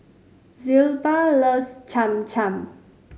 Zilpha loves Cham Cham